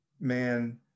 man